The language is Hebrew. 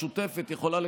המשותפת יכולה,